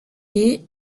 est